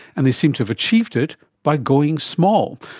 and they seem to have achieved it by going small.